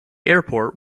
airport